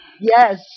Yes